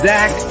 Zach